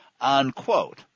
unquote